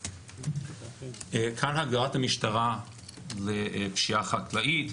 כאן הגדרת המשטרה לפשיעה חקלאית: